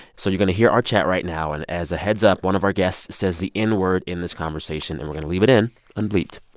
so you're going to hear our chat right now. and as a heads-up, one of our guests says the n-word in this conversation, and we're going to leave it in unbleeped.